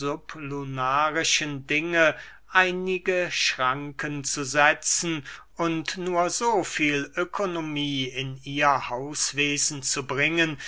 sublunarischen dinge einige schranken zu setzen und nur so viel ökonomie in ihr hauswesen zu bringen